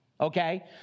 Okay